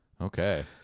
Okay